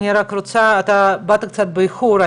אתה באת קצת באיחור,